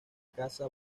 casa